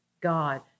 God